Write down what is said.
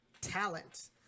talent